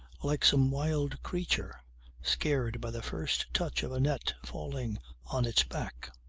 like some wild creature scared by the first touch of a net falling on its back,